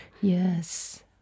yes